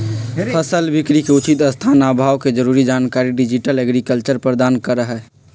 फसल बिकरी के उचित स्थान आ भाव के जरूरी जानकारी डिजिटल एग्रीकल्चर प्रदान करहइ